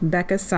Becca